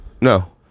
no